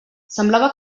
semblava